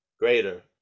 greater